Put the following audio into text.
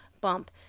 bump